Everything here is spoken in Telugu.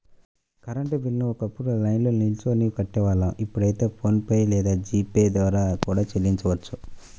కరెంట్ బిల్లుని ఒకప్పుడు లైన్లో నిల్చొని కట్టేవాళ్ళం ఇప్పుడైతే ఫోన్ పే లేదా జీ పే ద్వారా కూడా చెల్లించొచ్చు